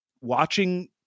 watching